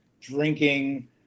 drinking